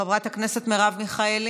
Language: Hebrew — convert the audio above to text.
חברת הכנסת מרב מיכאלי,